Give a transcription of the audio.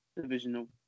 divisional